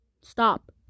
Stop